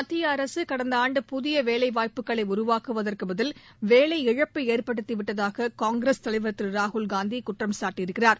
மத்திய அரசு கடந்த ஆண்டு புதிய வேலை வாய்ப்புக்களை உருவாக்குவதற்கு பதில் வேலையிழப்பை ஏற்படுத்திவிட்டதாக காங்கிரஸ் தலைவர் ராகுல் காந்தி குற்றம் சாட்டியிருக்கிறார்